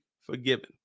forgiven